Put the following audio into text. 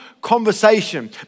conversation